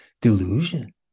delusion